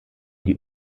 die